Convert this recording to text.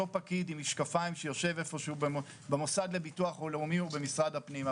פקיד שיושב עם משקפיים איפשהו במוסד לביטוח לאומי או במשרד הפנים.